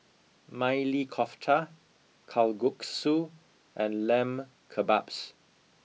Maili Kofta Kalguksu and Lamb Kebabs